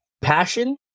passion